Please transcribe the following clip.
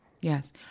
Yes